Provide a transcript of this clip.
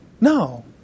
No